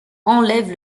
enlève